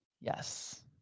Yes